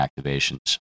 activations